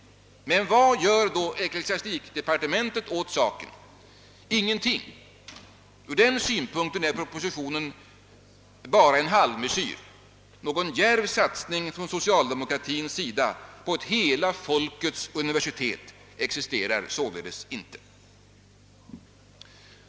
Men vad gör då ecklesiastikdepartementet åt saken? Ingenting! Ur den synpunkten är propositionen endast en halvmesyr. Någon djärv satsning från socialdemokratins sida på ett hela folkets universitet existerar således inte.